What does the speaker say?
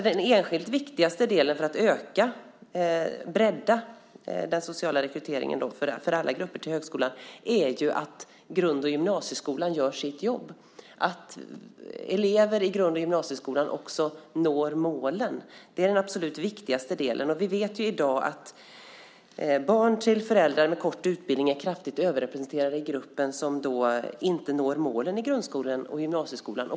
Den enskilt viktigaste delen för att bredda den sociala rekryteringen för alla grupper till högskolan är att grund och gymnasieskolan gör sitt jobb så att elever i grund och gymnasieskolan når målen. Det är den absolut viktigaste delen. Vi vet i dag att barn till föräldrar med kort utbildning är kraftigt överrepresenterade i gruppen som inte når målen i grundskolan och gymnasieskolan.